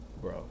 Bro